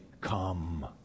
come